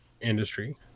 industry